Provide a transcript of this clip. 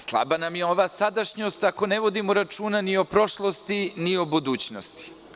Slaba nam je ova sadašnjost ako ne vodimo računa o prošlosti i budućnosti.